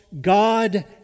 God